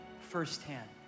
firsthand